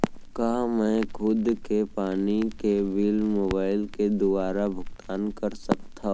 का मैं खुद से पानी के बिल मोबाईल के दुवारा भुगतान कर सकथव?